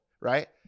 right